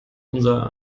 unser